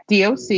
doc